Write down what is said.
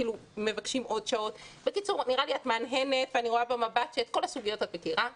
את מהנהנת ואני רואה במבט שאת כל הסוגיות את מכירה.